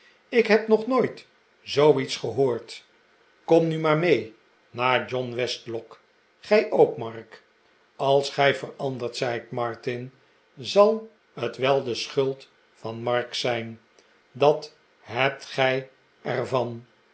ik heb nog nooit zooiets gehoord kom nu maar mee naar john westlock gij ook mark als gij veranderd zijt martin zal het wel de schuld van mark zijn dat hebt gij er